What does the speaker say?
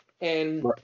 And-